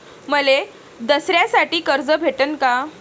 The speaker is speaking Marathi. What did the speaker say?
मले दसऱ्यासाठी कर्ज भेटन का?